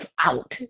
out